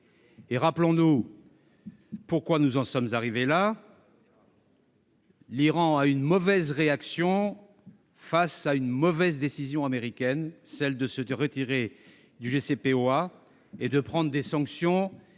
? Rappelons-nous pourquoi nous en sommes arrivés là : l'Iran a eu une mauvaise réaction à une mauvaise décision américaine, celle de se retirer du JCPoA et de prendre des sanctions